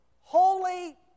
Holy